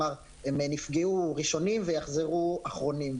אמר: הם נפגעו ראשונים ויחזרו אחרונים.